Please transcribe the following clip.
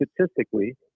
statistically